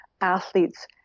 athletes